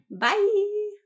Bye